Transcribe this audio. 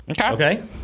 Okay